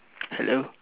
hello